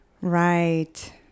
right